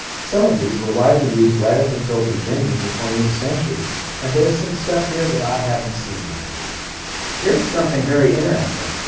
some of these were widely used right up until the beginning of the twentieth century and there's some stuff here that i haven't seen beforee here's something very interesting,